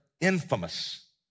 infamous